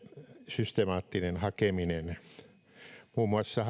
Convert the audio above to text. systemaattinen hakeminen muun muassa